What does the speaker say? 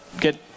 get